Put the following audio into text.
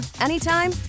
anytime